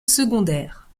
secondaire